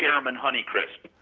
chairman honeycrisp.